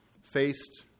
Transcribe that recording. faced